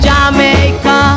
Jamaica